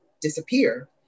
disappear